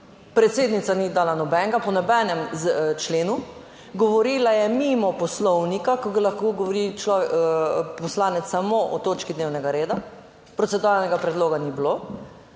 predsednica ni dala nobenega, po nobenem členu, govorila je mimo Poslovnika, ki lahko govori poslanec samo o točki dnevnega reda, proceduralnega predloga ni bilo,